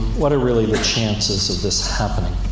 what are really the chances of this happening?